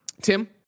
tim